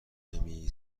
نمی